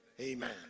amen